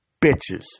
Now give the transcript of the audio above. bitches